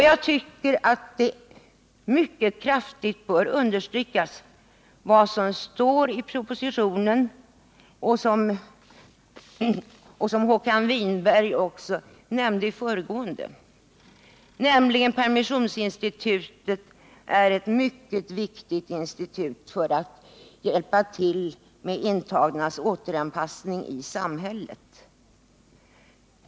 Jag tycker att det mycket kraftigt bör understrykas vad som står i propositionen och som Håkan Winberg också nämnde i förbigående, nämligen att permissionsinstitutet är ett mycket viktigt institut när det gäller att hjälpa till med intagnas återanpassning i samhället.